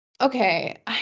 Okay